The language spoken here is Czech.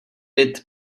byt